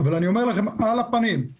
אני אומר לכם שיש אנשים,